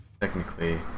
technically